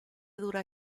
dura